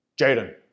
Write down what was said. Jaden